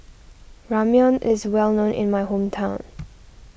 Ramyeon is well known in my hometown